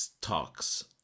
talks